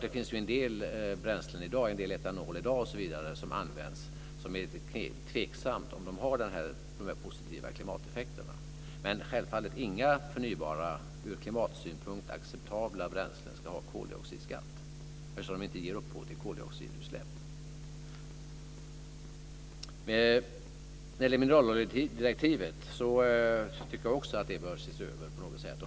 Det används en del bränslen i dag, en del etanol osv., där det är tveksamt om de har de här positiva klimateffekterna. Men inga förnybara ur klimatsynpunkt acceptabla bränslen ska ha koldioxidskatt, eftersom de inte ger upphov till koldioxidutsläpp. Jag tycker också att mineraloljedirektivet bör ses över på något sätt.